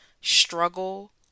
struggle